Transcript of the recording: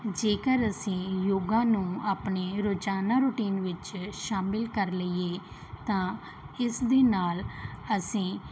ਜੇਕਰ ਅਸੀਂ ਯੋਗਾ ਨੂੰ ਆਪਣੇ ਰੋਜ਼ਾਨਾ ਰੂਟੀਨ ਵਿੱਚ ਸ਼ਾਮਿਲ ਕਰ ਲਈਏ ਤਾਂ ਇਸ ਦੇ ਨਾਲ ਅਸੀਂ